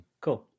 Cool